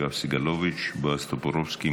יואב סגלוביץ'; בועז טופורובסקי,